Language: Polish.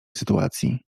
sytuacji